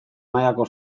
mailako